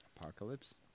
Apocalypse